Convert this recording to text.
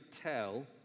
tell